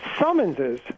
summonses